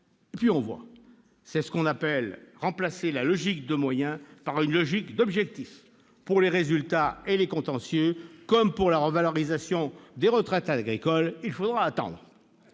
puis on voit ! C'est ce qu'on appelle remplacer une logique de moyens par une logique d'objectifs. Pour les résultats et les contentieux, comme pour la revalorisation des retraites agricoles, il faudra attendre.